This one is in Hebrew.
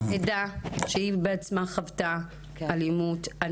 היא עדה שבעצמה חוותה אלימות.